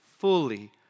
Fully